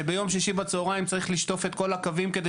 שביום שישי בצהריים צריך לשטוף את כל הקווים כדי